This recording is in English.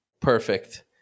perfect